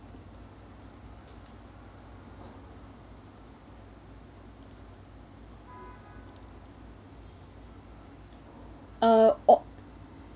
uh oh